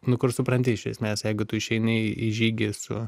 nu kur supranti iš esmės jeigu tu išeini į žygį su